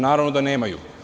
Naravno da nemaju.